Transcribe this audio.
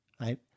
right